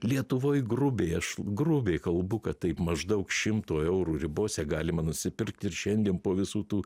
lietuvoj grubiai aš grubiai kalbu kad taip maždaug šimto eurų ribose galima nusipirkt ir šiandien po visų tų